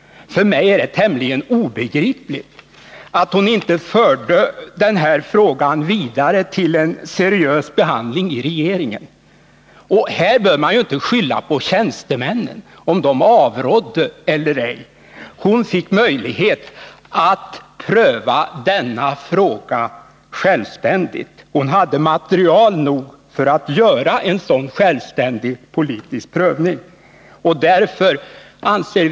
För mig är det tämligen obegripligt att Karin Söder inte förde den här frågan vidare till en seriös behandling i regeringen. Här bör man inte skylla på tjänstemännen, om de avrådde eller ej. Karin Söder fick möjlighet att pröva denna fråga självständigt. Hon hade tillräckligt med material för att göra en sådan självständig politisk prövning.